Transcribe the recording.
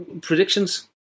predictions